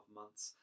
months